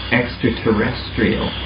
extraterrestrial